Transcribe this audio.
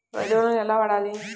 ఎరువులను ఎలా వాడాలి?